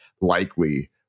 likely